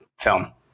film